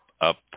up